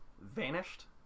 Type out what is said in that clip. vanished